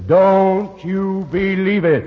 don't you believe i